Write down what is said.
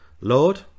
Lord